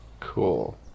Cool